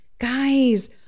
guys